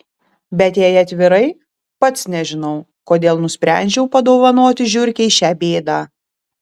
bet jei atvirai pats nežinau kodėl nusprendžiau padovanoti žiurkei šią bėdą